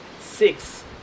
six